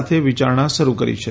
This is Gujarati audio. સાથે વિચારણા શરૃ કરી છે